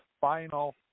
final